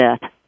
death